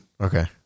Okay